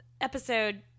episode